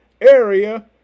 area